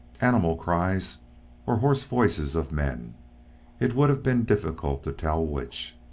animal cries or hoarse voices of men it would have been difficult to tell which.